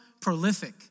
prolific